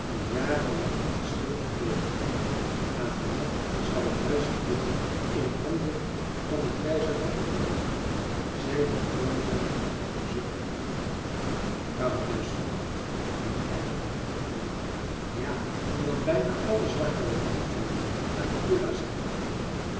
die jarenlang het kasteel verdedigd hadden maar van nacht zal het huis glimmingen in handen van de grijze ratten vallen zei de ooievaar zuchtend waarom juist van nacht mijnheer ermerik vroeg akka ja omdat bijna alle zwarte ratten van nacht naar de kulla zijn